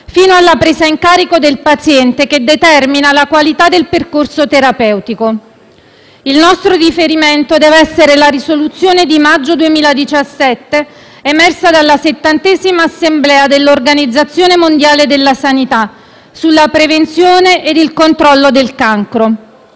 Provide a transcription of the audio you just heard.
fino alla presa in carico del paziente, che determina la qualità del percorso terapeutico. Il nostro riferimento deve essere la risoluzione di maggio 2017, emersa dalla settantesima Assemblea dell'Organizzazione mondiale della sanità, sulla prevenzione ed il controllo del cancro.